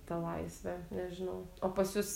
ta laisvė nežinau o pas jus